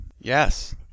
Yes